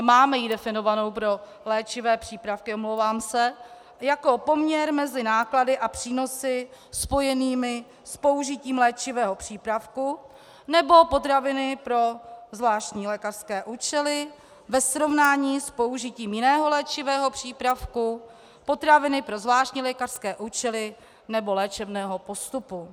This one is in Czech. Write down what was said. Máme ji definovanou pro léčivé přípravky jako poměr mezi náklady a přínosy spojenými s použitím léčivého přípravku nebo potraviny pro zvláštní lékařské účely ve srovnání s použitím jiného léčivého přípravku, potraviny pro zvláštní lékařské účely nebo léčebného postupu.